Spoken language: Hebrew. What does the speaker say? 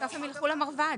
בסוף הם ילכו למרב"ד.